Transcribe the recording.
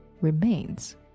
remains